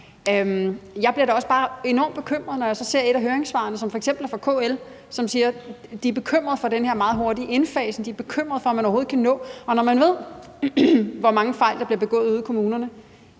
Jeg bliver da også bare enormt bekymret, når jeg f.eks. ser et af høringssvarene, som er fra KL, hvor de siger, at de er bekymrede for den her meget hurtige indfasning, bekymrede for, om man overhovedet kan nå det. Og når man ved, hvor mange fejl der bliver begået ude i kommunerne,